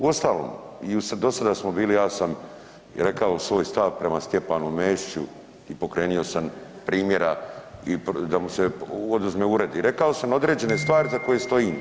Uostalom i do sada smo bili, ja sam rekao svoj stav prema Stjepanu Mesiću i pokrenuo sam primjera da mu se oduzme ured i rekao sam određene stvari iza kojih stojim.